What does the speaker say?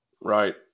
Right